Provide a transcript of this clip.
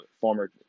former